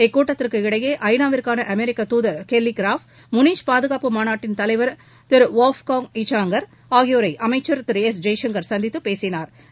இக்கூட்டத்திற்கு இடையே ஐ நா விற்கான அமெரிக்க தூதர் கெல்லி கிராப் முனீச் பாதுகாப்பு மாநாட்டின் தலைவர் திரு வாஃப் காங் இச்சாங்கர் ஆகியோரை அமைச்சர் எஸ் ஜெய்சங்கர் சந்தித்து பேசினாா்